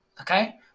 okay